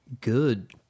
good